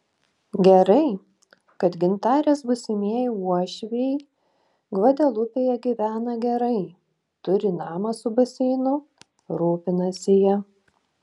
gerai kad gintarės būsimieji uošviai gvadelupėje gyvena gerai turi namą su baseinu rūpinasi ja